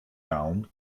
down